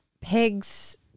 pigs